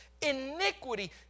iniquity